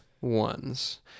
ones